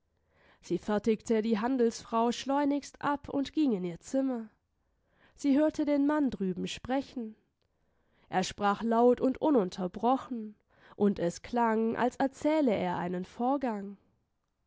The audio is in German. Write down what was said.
sie fertigte die handelsfrau schleunigst ab und ging in ihr zimmer sie hörte den mann drüben sprechen er sprach laut und ununterbrochen und es klang als erzähle er einen vorgang